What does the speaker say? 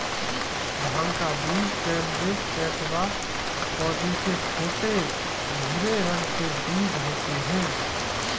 भाँग का बीज कैनबिस सैटिवा पौधे के छोटे, भूरे रंग के बीज होते है